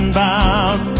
bound